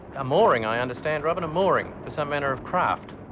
a mooring i understand robyn, a mooring for some manner of craft.